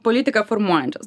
politiką formuojančios